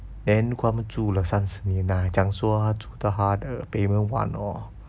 then 如果他们住了三十年 ah 讲说住到他的 payment 完 hor